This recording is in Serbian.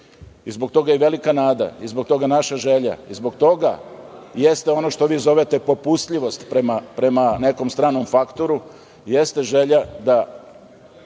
i zbog toga je velika nada, zbog toga naša želja, zbog toga jeste ono što vi zovete popustljivost prema nekom stranom faktoru jeste želja da